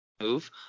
move